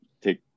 take